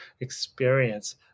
experience